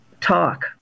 talk